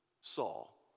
Saul